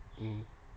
mm